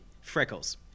Freckles